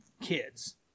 kids